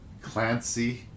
Clancy